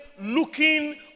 looking